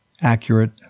accurate